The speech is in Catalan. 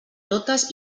totes